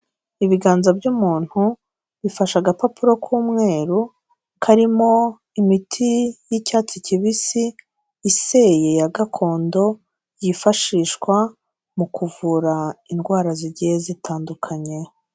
Ibiganza by'umuntu bifashe agapapuro k'umweru, karimo imiti y'icyatsi kibisi, iseye ya gakondo, yifashishwa mu kuvura indwara zigiye zitandukanye.